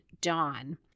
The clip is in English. Dawn